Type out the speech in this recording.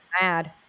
mad